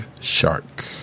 Shark